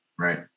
Right